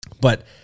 but-